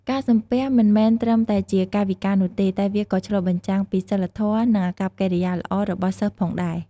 ការសំពះមិនមែនត្រឹមតែជាកាយវិការនោះទេ តែវាក៏ឆ្លុះបញ្ចាំងពីសីលធម៌ និងអាកប្បកិរិយាល្អរបស់សិស្សផងដែរ។